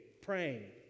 praying